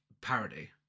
parody